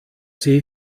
sie